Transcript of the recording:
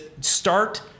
start